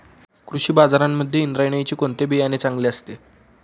कृषी बाजारांमध्ये इंद्रायणीचे कोणते बियाणे चांगले असते?